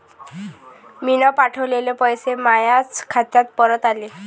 मीन पावठवलेले पैसे मायाच खात्यात परत आले